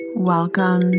Welcome